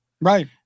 Right